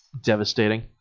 devastating